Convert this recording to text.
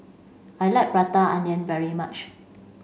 I like prata onion very much